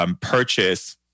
purchase